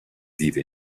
vive